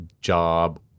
job